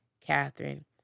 Catherine